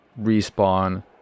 respawn